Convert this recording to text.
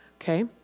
okay